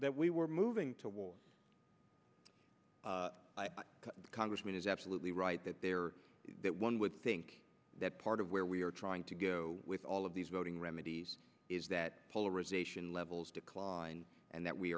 that we were moving towards congressman is absolutely right that there is that one would think that part of where we are trying to go with all of these voting remedies is that polarization levels decline and that we